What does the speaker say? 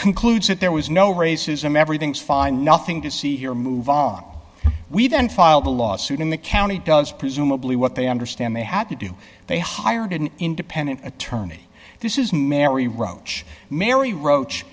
concludes that there was no racism everything's fine nothing to see here move on we've been filed a lawsuit in the county does presumably what they understand they had to do they hired an independent attorney this is mary roach mary roach